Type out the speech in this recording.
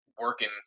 working